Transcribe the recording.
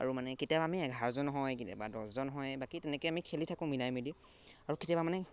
আৰু মানে কেতিয়াবা আমি এঘাৰজন হয় কেতিয়াবা দহজন হয় বাকী তেনেকৈ আমি খেলি থাকোঁ মিলাই মিলি আৰু কেতিয়াবা মানে